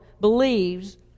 believes